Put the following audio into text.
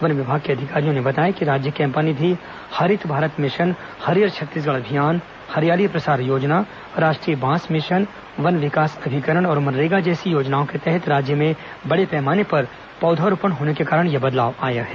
one विभाग के अधिकारियों ने बताया कि राज्य कैम्पा निधि हरित भारत मिशन हरियर छत्तीसगढ़ अभियान हरियाली प्रसार योजना राष्ट्रीय बांस मिशन वन विकास अभिकरण और मनरेगा जैसी योजनाओं के तहत राज्य में बड़े पैमाने पर पौधारोपण होने के कारण यह बदलाव आया है